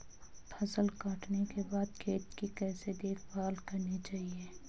फसल काटने के बाद खेत की कैसे देखभाल करनी चाहिए?